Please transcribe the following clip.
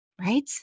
Right